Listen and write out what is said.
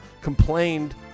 complained